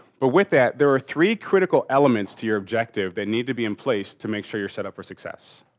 but with that there are three critical elements to your objective they need to be in place to make sure you're set up for success.